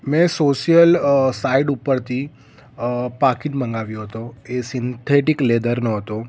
મેં સોશિયલ અ સાઇડ ઉપરથી અ પાકીટ મગાવ્યું હતું એ સિન્થેટિક લેધરનું હતું